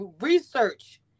research